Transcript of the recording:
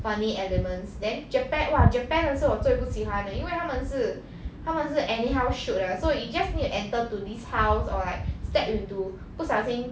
funny elements then japan !wah! japan 的是我最不喜欢的因为他们是他们是 anyhow shoot 的 so it just need to enter to this house or like step into 不小心